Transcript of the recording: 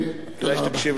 כן, תודה רבה.